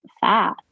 fat